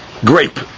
grape